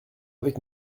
avec